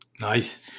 Nice